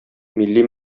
милли